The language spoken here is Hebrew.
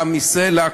תמי סלע,